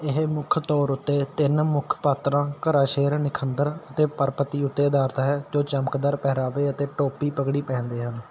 ਇਹ ਮੁੱਖ ਤੌਰ ਉੱਤੇ ਤਿੰਨ ਮੁੱਖ ਪਾਤਰਾਂ ਘਰਾਸ਼ੇਰ ਨਿਖੰਦਰ ਅਤੇ ਪਰਪਤੀ ਉੱਤੇ ਅਧਾਰਿਤ ਹੈ ਜੋ ਚਮਕਦਾਰ ਪਹਿਰਾਵੇ ਅਤੇ ਟੋਪੀ ਪਗੜੀ ਪਹਿਨਦੇ ਹਨ